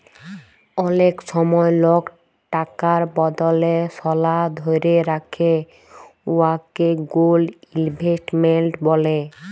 অলেক সময় লক টাকার বদলে সলা ধ্যইরে রাখে উয়াকে গোল্ড ইলভেস্টমেল্ট ব্যলে